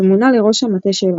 ומונה לראש המטה שלו.